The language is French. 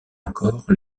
encore